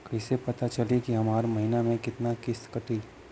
कईसे पता चली की हमार महीना में कितना किस्त कटी?